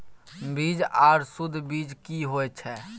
बीज आर सुध बीज की होय छै?